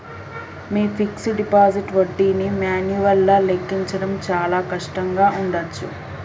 మీ fixed deposit వడ్డీని మాన్యువల్గా లెక్కించడం చాలా కష్టంగా ఉండచ్చు